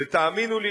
ותאמינו לי,